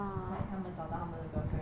like 他们找到他们的 girlfriend